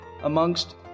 amongst